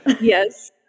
Yes